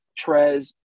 Trez